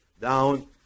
down